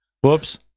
Whoops